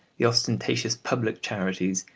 the ostentatious public charities,